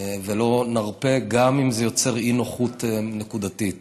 ולא נרפה, גם אם זה יוצר אי-נוחות נקודתית.